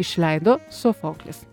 išleido sofoklis